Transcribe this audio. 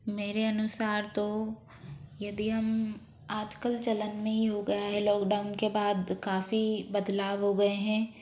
मेरे अनुसार तो यदि हम आज कल चलन में ही हो गया है लॉकडाउन के बाद काफ़ी बदलाव हो गए हैं